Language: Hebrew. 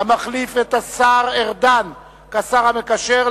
המחליף את השר ארדן כשר המקשר,